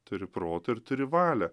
turi proto ir turi valią